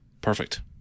Perfect